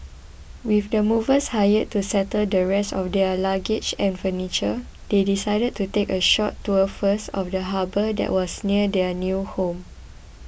with the movers hired to settle the rest of their luggage and furniture they decided to take a short tour first of the harbour that was near their new home